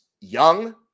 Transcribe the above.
young